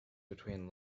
between